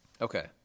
Okay